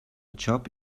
job